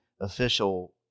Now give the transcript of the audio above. official